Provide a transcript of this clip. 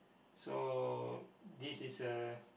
so this is a